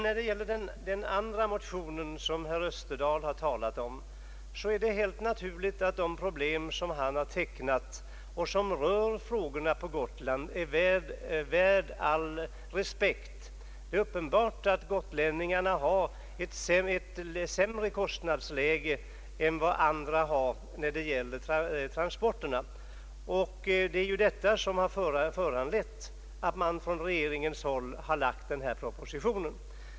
Vad gäller den andra motionen, som herr Österdahl talat om, är det helt naturligt att de problem som han tecknat och som rör förhållanden på Gotland är värda all respekt. Det är uppenbart att gotlänningarna har ett sämre läge än andra i fråga om transportkostnader; det är ju detta som föranlett regeringen att lägga fram den här propositionen.